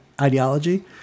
ideology